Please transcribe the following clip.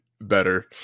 better